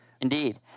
Indeed